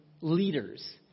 leaders